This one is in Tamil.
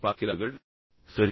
சரி